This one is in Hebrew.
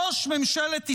ראש ממשלת ישראל,